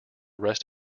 rest